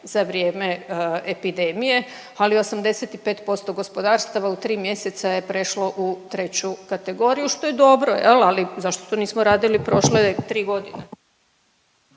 za vrijeme epidemije, ali 85% gospodarstava u tri mjeseca je prešlo u treću kategoriju što je dobro. Ali zašto to nismo radili prošle tri godine?